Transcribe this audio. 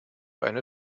eine